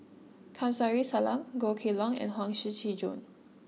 Kamsari Salam Goh Kheng Long and Huang Shiqi Joan